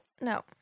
no